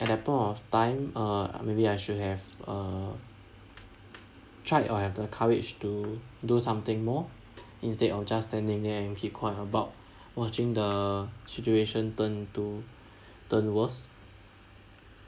an ample of time uh maybe I should have uh tried or have the courage to do something more instead of just standing there and keep quiet about watching the situation turned into turn worse